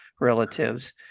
relatives